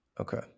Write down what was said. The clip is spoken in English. Okay